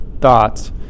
thoughts